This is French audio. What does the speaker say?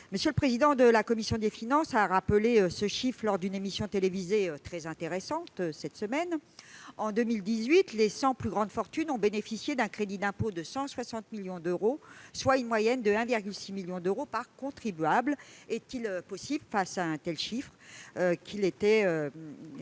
M. le président de la commission des finances a rappelé les chiffres lors d'une émission télévisée très intéressante diffusée cette semaine : en 2018, les cent plus grandes fortunes ont bénéficié d'un crédit d'impôt de 160 millions d'euros, soit une moyenne de 1,6 million d'euros par contribuable. Face à de tels chiffres,